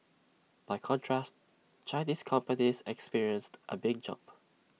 by contrast Chinese companies experienced A big jump